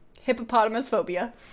Hippopotamus-phobia